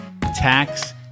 tax